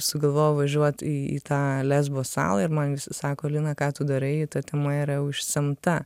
sugalvojau važiuot į tą lesbo salą ir man jisai sako lina ką tu darai ta tema yra jau išsemta